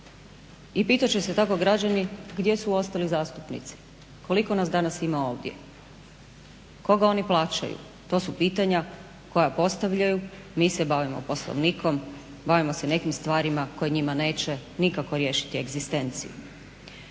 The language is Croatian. i pitat će se tako građani gdje su ostali zastupnici? Koliko nas danas ima ovdje? Koga oni plaćaju? To su pitanja koja postavljaju. Mi se bavimo Poslovnikom bavimo se nekim stvarima koje njima neće nikako riješiti egzistenciju.